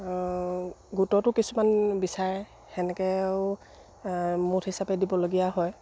গোটটো কিছুমান বিচাৰে সেনেকেও মুঠ হিচাপে দিবলগীয়া হয়